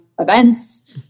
events